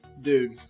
Dude